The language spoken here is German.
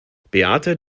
beate